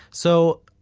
so,